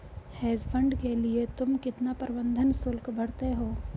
Hedge fund के लिए तुम कितना प्रबंधन शुल्क भरते हो?